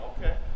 Okay